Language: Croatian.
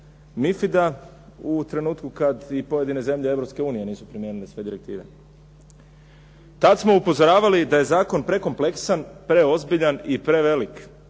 MiFIDA u trenutku kada i pojedine zemlje Europske unije nisu primijenile sve direktive. Tada smo upozoravali da je zakon prekomplesan, preozbiljan i prevelik